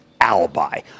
alibi